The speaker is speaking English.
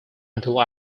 until